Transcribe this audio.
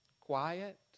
Quiet